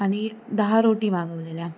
आणि दहा रोटी मागवलेल्या